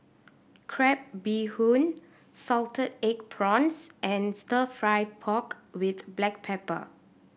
crab bee hoon salted egg prawns and Stir Fry pork with black pepper